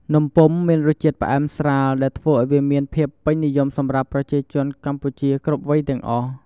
នំពុម្ពមានរសជាតិផ្អែមស្រាល ដែលធ្វើឱ្យវាមានភាពពេញនិយមសម្រាប់ប្រជាជនកម្ពុជាគ្រប់វ័យទាំងអស់។